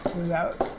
without